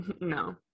No